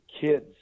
kids